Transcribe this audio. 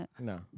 No